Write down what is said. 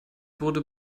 wurde